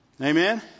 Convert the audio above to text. Amen